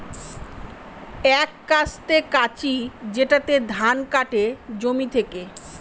এক কাস্তে কাঁচি যেটাতে ধান কাটে জমি থেকে